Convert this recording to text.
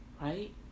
Right